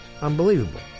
Unbelievable